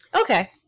Okay